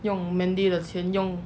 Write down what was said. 用 mandy 用